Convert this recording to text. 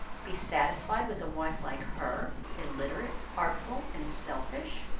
be satisfied with a wife like her illiterate, artful, and selfish?